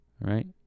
Right